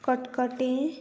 कटकटी